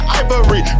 ivory